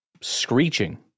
screeching